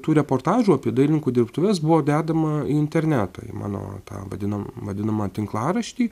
tų reportažų apie dailininkų dirbtuves buvo dedama į internetą į mano tą vadinam vadinamą tinklaraštį